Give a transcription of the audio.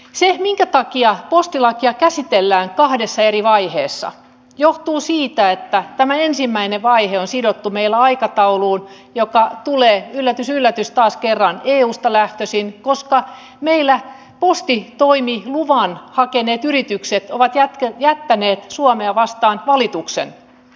se minkä takia postilakia käsitellään kahdessa eri vaiheessa johtuu siitä että tämä ensimmäinen vaihe on sidottu meillä aikatauluun joka on yllätys yllätys taas kerran eusta lähtöisin koska meillä postitoimilupaa hakeneet yritykset ovat jättäneet suomea vastaan valituksen